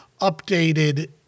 updated